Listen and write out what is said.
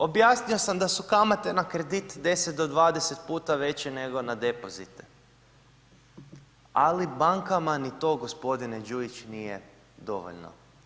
Objasnio sam da su kamate na kredit 10 do 20 puta veće nego na depozite ali bankama ni to gospodine Đujić nije dovoljno.